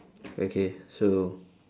okay so